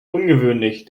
ungewöhnlich